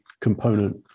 component